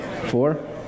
Four